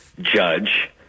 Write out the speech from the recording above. judge